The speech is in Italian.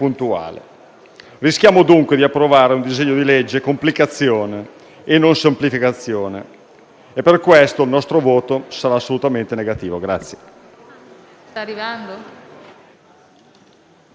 Rischiamo dunque di approvare un disegno di legge complicazioni e non semplificazioni e per questo il nostro voto sarà assolutamente contrario.